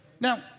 Now